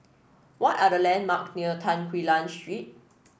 what are the landmarks near Tan Quee Lan Street